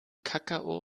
kakao